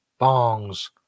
bongs